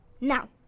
now